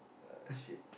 uh shit